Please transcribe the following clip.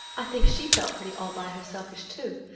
i think she felt pretty all-by-herselfish, too.